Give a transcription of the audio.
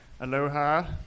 Aloha